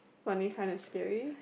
funny kind of scary